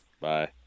Bye